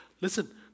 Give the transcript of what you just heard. listen